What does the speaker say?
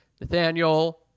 Nathaniel